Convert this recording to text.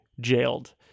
jailed